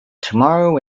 tomorrow